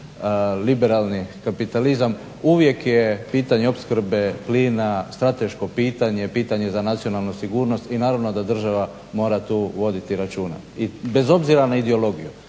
liberalni kapitalizam uvijek je pitanje opskrbe plina strateško pitanje, pitanje za nacionalnu sigurnost i naravno da država mora tu voditi računa bez obzira na ideologiju.